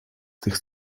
tych